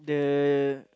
the